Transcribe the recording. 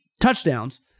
touchdowns